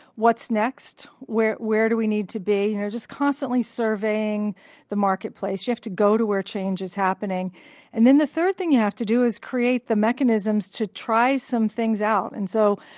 what's next? where where do we need to be? you know just constantly surveying the marketplace. you have to go to where change is happening and then the third thing you have to do is create the mechanisms to try some things out. and so,